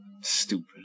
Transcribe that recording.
Stupid